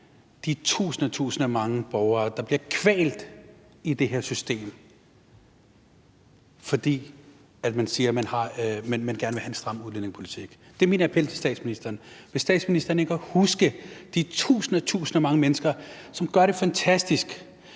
de tusinder og tusinder af borgere, der bliver kvalt i det her system, fordi man siger, man gerne vil have en stram udlændingepolitik? Det er min appel til statsministeren. Vil statsministeren ikke også huske de tusinder og tusinder af mennesker, som gør det fantastisk,